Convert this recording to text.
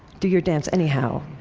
do your dance anyhow.